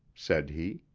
said he.